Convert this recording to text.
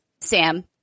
Sam